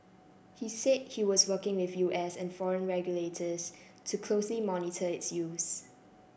he said he was working with U S and foreign regulators to closely monitor its use